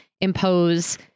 impose